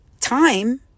time